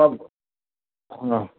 सभु हा